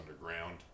underground